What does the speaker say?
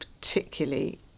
particularly